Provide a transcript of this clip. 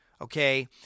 Okay